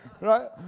Right